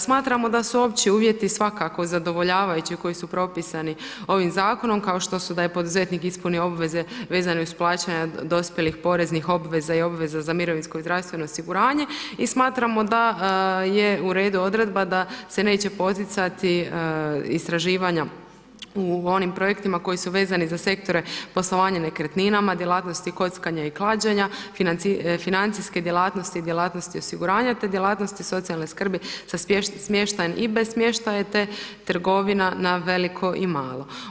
Smatramo da su opći uvjeti svakako zadovoljavajući koji su propisani ovim zakonom kao što su da je poduzetnik ispunio obveze vezane uz plaćanje dospjelih poreznih obveza i obveza za mirovinsko i zdravstveno osiguranje i smatramo da je uredu odredba da se neće poticati istraživanja u onim projektima koji su vezani za sektore poslovanje nekretninama, djelatnosti kockanja i klađenja, financijske djelatnosti, djelatnosti osiguranja te djelatnosti socijalne skrbi sa smještajem i bez smještaja te trgovina na veliko i malo.